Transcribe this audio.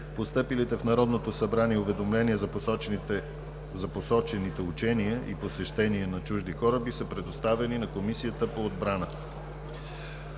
Постъпилите в Народното събрание уведомления за посочените учения и посещения на чужди кораби са предоставени на Комисията по отбрана.